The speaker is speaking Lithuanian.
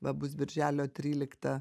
va bus birželio tryliktą